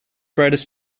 brightest